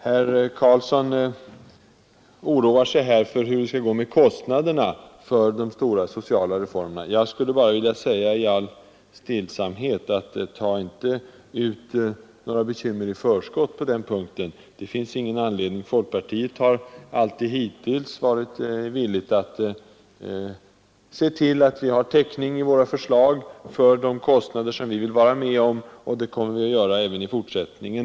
Herr Karlsson oroar sig här för hur det skall gå med kostnaderna för de stora sociala reformerna. Jag skulle bara vilja säga i all stillsamhet: Ta inte ut några bekymmer i förskott på den punkten. Det finns ingen anledning till det. Folkpartiet har hittills alltid varit villigt att se till att vi har täckning i våra förslag för de kostnader som vi vill vara med om, och det kommer vi att se till även i fortsättningen.